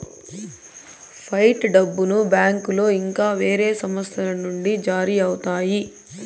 fight డబ్బును బ్యాంకులో ఇంకా వేరే సంస్థల నుండి జారీ అవుతాయి